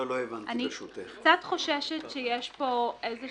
אני קצת חוששת שיש פה איזו